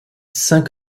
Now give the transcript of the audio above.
saint